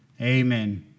amen